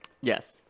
Yes